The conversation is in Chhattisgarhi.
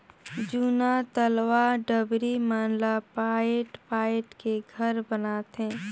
जूना तलवा डबरी मन ला पायट पायट के घर बनाथे